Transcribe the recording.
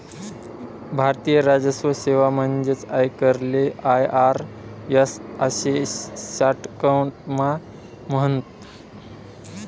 भारतीय राजस्व सेवा म्हणजेच आयकरले आय.आर.एस आशे शाटकटमा म्हणतस